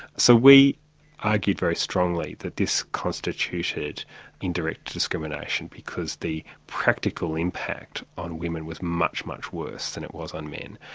so we argued very strongly that this constituted indirect discrimination because the practical impact on women was much, much worse than it was on men,